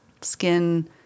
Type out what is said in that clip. skin